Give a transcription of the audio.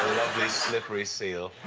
slippery seal.